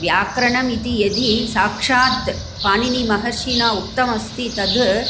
व्याकरणम् इति यदि साक्षात् पाणिनिमहर्षिना उक्तम् अस्ति तत्